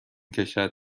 کشد